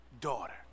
Daughter